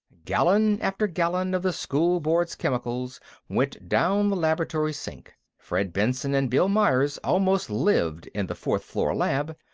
gallon after gallon of the school board's chemicals went down the laboratory sink fred benson and bill myers almost lived in the fourth floor lab.